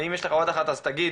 ואם יש לך עוד אחת אז תגיד,